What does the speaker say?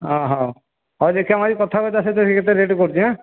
ହଉ ଦେଖିଆ ମୁଁ ଆଜି କଥା ହୁଏ ତା' ସହିତ କେତେ ରେଟ୍ କରୁଛି